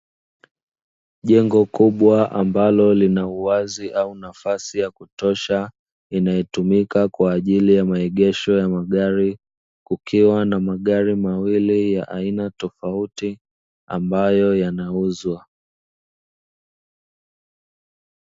Jengo kubwa ambalo lina uwazi au nafasi ya kutosha inayotumika kwa ajili ya maegesho ya magari, kukiwa na magari mengine ya aina tofauti ambayo yanauzwa.